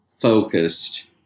focused